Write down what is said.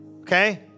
Okay